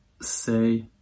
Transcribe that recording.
say